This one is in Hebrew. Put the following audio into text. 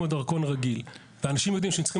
בדרכונים הביומטריים יש שבב ברמת הצפנה